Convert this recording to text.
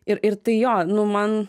ir ir tai jo nu man